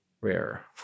rare